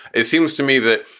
it seems to me that,